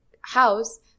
house